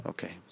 Okay